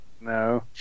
No